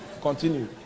continue